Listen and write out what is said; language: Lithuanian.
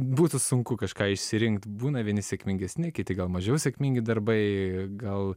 būtų sunku kažką išsirinkt būna vieni sėkmingesni kiti gal mažiau sėkmingi darbai gal